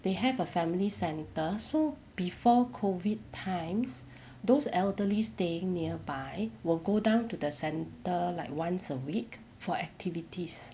they have a family centre so before COVID times those elderly staying nearby will go down to the centre like once a week for activities